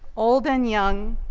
old and young,